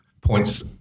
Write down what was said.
points